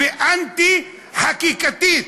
ואנטי-חקיקתית,